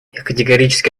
категорически